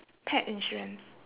pet insurance